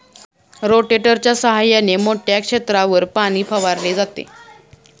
रोटेटरच्या सहाय्याने मोठ्या क्षेत्रावर पाणी फवारले जाते